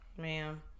Ma'am